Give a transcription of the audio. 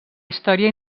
història